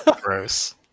Gross